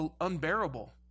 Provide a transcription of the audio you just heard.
unbearable